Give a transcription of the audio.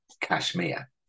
Kashmir